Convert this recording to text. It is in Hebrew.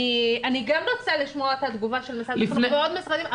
אני גם רוצה לשמוע את התגובה של משרד החינוך ועוד משרדים,